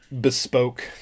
Bespoke